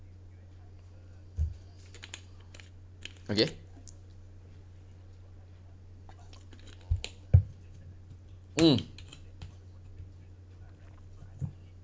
okay mm